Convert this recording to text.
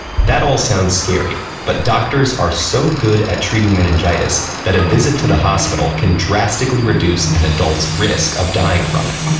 that all sounds scary, but doctors are so good at treating meningitis that a visit to the hospital can drastically reduce an adult's risk of dying from it.